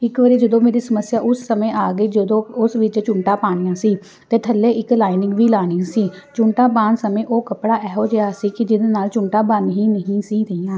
ਇੱਕ ਵਾਰੀ ਜਦੋਂ ਮੇਰੀ ਸਮੱਸਿਆ ਉਸ ਸਮੇਂ ਆ ਗਈ ਜਦੋਂ ਉਸ ਵਿੱਚ ਚੁੰਮਟਾ ਪਾਣੀਆਂ ਸੀ ਅਤੇ ਥੱਲੇ ਇੱਕ ਲਾਈਨਿੰਗ ਵੀ ਲਾਉਣੀ ਸੀ ਚੁੰਮਟਾ ਪਾਉਣ ਸਮੇਂ ਉਹ ਕੱਪੜਾ ਇਹੋ ਜਿਹਾ ਸੀ ਕਿ ਜਿਹਦੇ ਨਾਲ ਚੁੰਮਟਾ ਬਣ ਹੀ ਨਹੀਂ ਸੀ ਰਹੀਆਂ